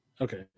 Okay